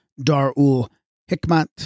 Dar-ul-Hikmat